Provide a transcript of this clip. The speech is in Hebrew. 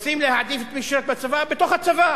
רוצים להעדיף את מי ששירת בצבא, בתוך הצבא.